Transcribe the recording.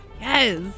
Yes